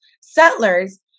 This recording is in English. settlers